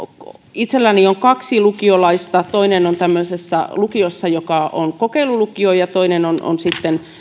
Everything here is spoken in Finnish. itselläni on kaksi lukiolaista toinen on tämmöisessä lukiossa joka on kokeilulukio ja toinen